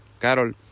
Carol